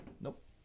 Nope